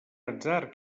atzar